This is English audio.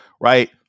right